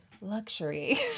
luxury